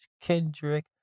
Kendrick